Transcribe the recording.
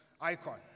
icon